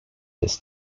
this